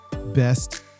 best